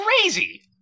crazy